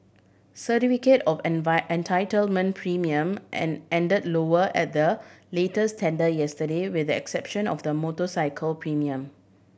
certificate of entitlement premium end lower at the latest tender yesterday with the exception of the motorcycle premium